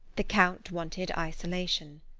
the count wanted isolation.